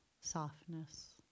softness